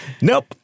Nope